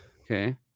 okay